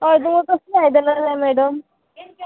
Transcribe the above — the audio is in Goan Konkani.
हय तुमकां तशें आयदनां जाय मॅडम